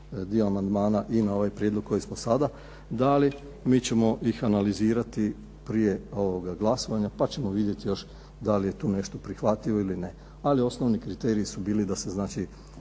dio amandmana i na ovaj prijedlog koji smo sada dali. Mi ćemo ih analizirati prije glasovanja, pa ćemo vidjeti još da li je tu nešto prihvatljivo ili ne. Ali osnovni kriteriji su bili da se znači